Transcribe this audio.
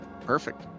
perfect